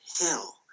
hell